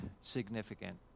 significant